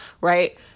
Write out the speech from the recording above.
Right